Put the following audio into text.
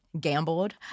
gambled